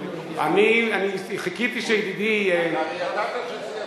אני חיכיתי שידידי, הרי ידעת שזה יבוא.